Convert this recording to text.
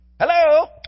Hello